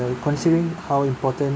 considering how important